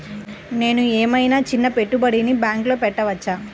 నేను ఏమయినా చిన్న పెట్టుబడిని బ్యాంక్లో పెట్టచ్చా?